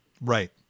Right